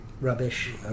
rubbish